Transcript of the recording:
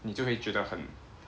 你就会觉得很